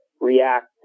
react